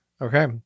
Okay